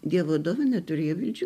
dievo dovaną turi ir